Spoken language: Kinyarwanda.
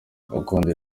gukunda